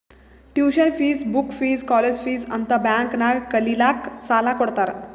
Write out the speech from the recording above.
tuition fees, book fees, college fees ಅಂತ್ bank ನಾಗ್ ಕಲಿಲ್ಲಾಕ್ಕ್ ಸಾಲಾ ಕೊಡ್ತಾರ್